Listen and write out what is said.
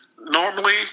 normally